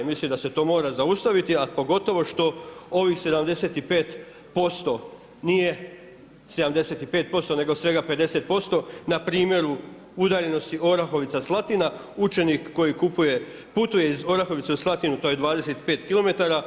Mislim da se to mora zaustaviti, a pogotovo što ovih 75% nije 75% nego svega 50% na primjeru udaljenosti Orahovica – Slatina učenik koji kupuje putuje iz Orahovice u Slatinu, to je 25 km.